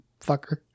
fucker